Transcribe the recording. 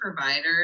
providers